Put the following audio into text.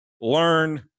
learn